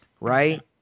right